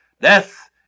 Death